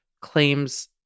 claims